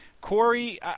Corey